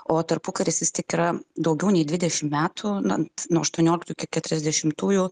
o tarpukaris vis tik yra daugiau nei dvidešimt metų na nuo aštuonioliktų iki keturiasdešimtųjų